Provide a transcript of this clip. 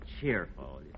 cheerful